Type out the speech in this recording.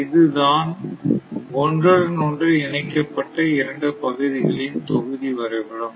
இதுதான் ஒன்றுடன் ஒன்று இணைக்கப்பட்ட இரண்டு பகுதிகளின் தொகுதி வரைபடம்